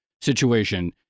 situation